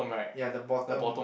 ya the bottom